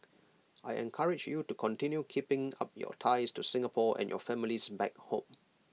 I encourage you to continue keeping up your ties to Singapore and your families back home